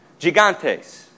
Gigantes